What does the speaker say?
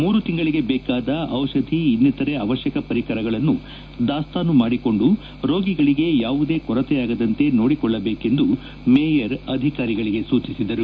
ಮೂರು ತಿಂಗಳಿಗೆ ಬೇಕಾದ ದಿಷಧಿ ಇನ್ನಿತರೆ ಅವತ್ಯಕ ಪರಿಕರಗಳನ್ನು ದಾಸ್ತಾನು ಮಾಡಿಕೊಂಡು ರೋಗಿಗಳಿಗೆ ಯಾವುದೇ ಕೊರತೆಯಾಗದಂತೆ ನೋಡಿಕೊಳ್ಳಬೇಕೆಂದು ಮೇಯರ್ ಅಧಿಕಾರಿಗಳಿಗೆ ಸೂಚಿಸಿದರು